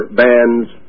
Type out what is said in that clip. bands